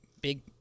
big